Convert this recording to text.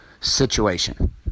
situation